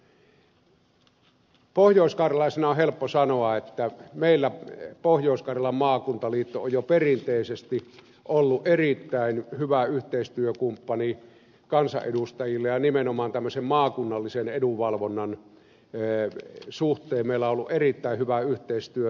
pohjoiskarjalaisena on helppo sanoa että meillä pohjois karjalan maakuntaliitto on jo perinteisesti ollut erittäin hyvä yhteistyökumppani kansanedustajille ja nimenomaan tämmöisen maakunnallisen edunvalvonnan suhteen meillä on ollut erittäin hyvä yhteistyö